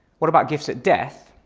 what about gifts at death?